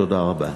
תודה רבה.